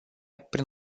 prin